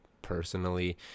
personally